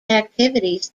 activities